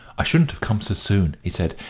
i shouldn't have come so soon, he said,